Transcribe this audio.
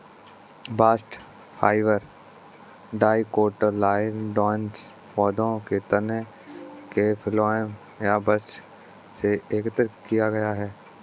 bast fibre dicotyledonous पौधों के तने के फ्लोएम या बस्ट से एकत्र किया गया है